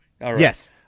Yes